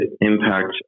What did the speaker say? impact